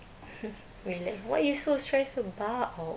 relax what you so stress about